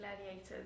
gladiators